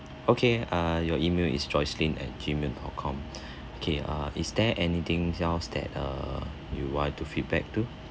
okay err your email is joycelyn at gmail dot com okay err is there anything else that err you want to feedback to